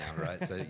right